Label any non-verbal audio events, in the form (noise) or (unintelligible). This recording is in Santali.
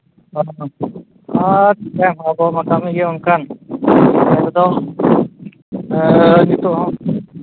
ᱟᱪᱪᱷᱟ ᱟᱫᱚ ᱚᱱᱟ ᱠᱟᱹᱢᱤ ᱜᱮ ᱚᱱᱠᱟᱱ (unintelligible) ᱱᱤᱛᱚᱜ ᱦᱚᱸ